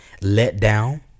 letdown